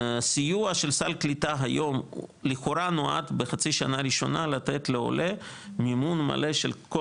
לכאורה נועד בחצי השנה הראשונה לתת לעולה מימון מלא של כל